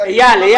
ירון, נמל